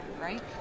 right